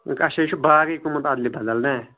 اچھا یہِ چُھ باغٕے گوٚومُت الدٕ بَدل نا